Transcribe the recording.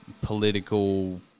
political